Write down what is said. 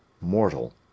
mortal